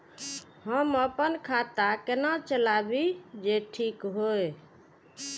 हम अपन खाता केना चलाबी जे ठीक होय?